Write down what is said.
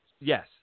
Yes